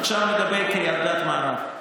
עכשיו לגבי קריית גת מערב,